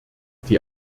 die